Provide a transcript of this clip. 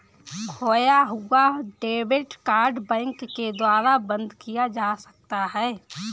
खोया हुआ debit card bank के द्वारा बंद किया जा सकता है